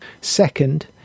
Second